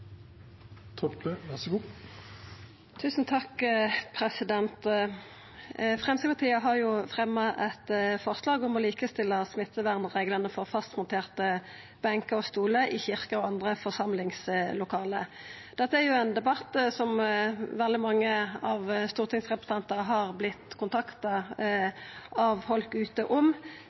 Framstegspartiet har fremja eit forslag om å likestilla smittevernreglane for fastmonterte benkar og stolar i kyrkjer og andre forsamlingslokale. Dette er ein debatt som veldig mange stortingsrepresentantar har vorte kontakta av folk der ute om,